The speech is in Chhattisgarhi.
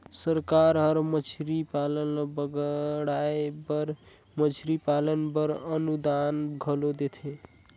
सरकार हर मछरी पालन ल बढ़ाए बर मछरी पालन बर अनुदान घलो देथे